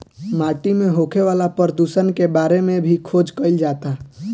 माटी में होखे वाला प्रदुषण के बारे में भी खोज कईल जाता